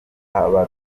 habarurwa